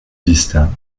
vista